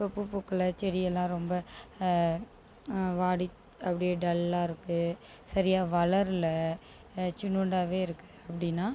பூ பூக்களை செடி எல்லாம் ரொம்ப வாடி அப்படியே டல்லா இருக்குது சரியாக வளருல சின்னோண்டாவே இருக்குது அப்படின்னா